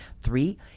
Three